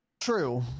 true